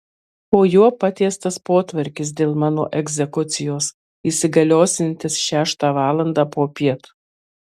po juo patiestas potvarkis dėl mano egzekucijos įsigaliosiantis šeštą valandą popiet